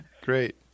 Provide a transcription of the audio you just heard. Great